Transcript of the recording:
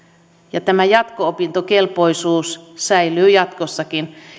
ja tämä jatko opintokelpoisuus säilyy jatkossakin